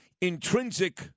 intrinsic